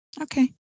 okay